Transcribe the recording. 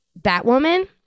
Batwoman